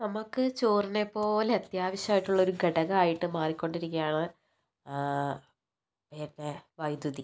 നമുക്ക് ചോറിനെ പോലെ അത്യാവശ്യമായിട്ടുള്ളൊരു ഘടകമായിട്ട് മാറി കൊണ്ടിരിക്കുകയാണ് വൈദ്യുതി